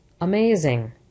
amazing